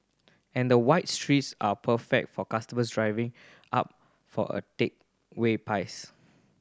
and the wide streets are perfect for customers driving up for a takeaway pies